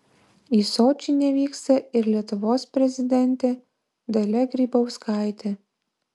į sočį nevyksta ir lietuvos prezidentė dalia grybauskaitė